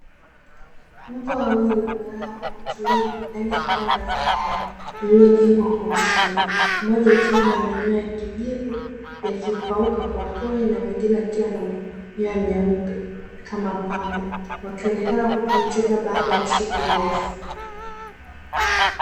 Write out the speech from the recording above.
Mbwa wawili wamelala kwa utulivu ndani ya banda la mbao lililojengwa kwa ustadi, mmoja akiwa na manyoya ya kijivu yakipauka kwa upole na mwingine akiwa na manyoya meupe kama pamba, wakionekana kupumzika baada ya siku ndefu.